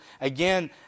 again